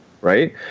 right